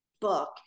book